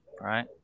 right